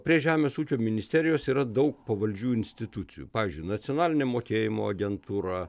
prie žemės ūkio ministerijos yra daug pavaldžių institucijų pavyzdžiui nacionalinė mokėjimo agentūra